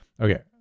Okay